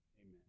Amen